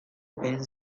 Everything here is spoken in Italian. ben